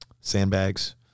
sandbags